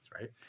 right